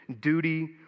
duty